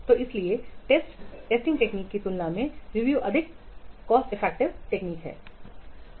तो इसीलिए टेस्टिंग तकनीक की तुलना में रिव्यू अधिक लागत प्रभावी है